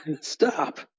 Stop